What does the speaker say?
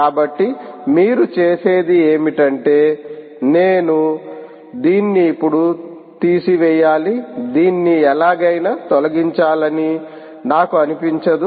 కాబట్టి మీరు చేసేది ఏమిటంటే నేను దీన్ని ఇప్పుడు తీసివేయాలి దీన్ని ఎలాగైనా తొలగించాలని నాకు అనిపించదు